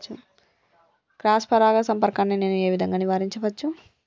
Cross పరాగ సంపర్కాన్ని నేను ఏ విధంగా నివారించచ్చు?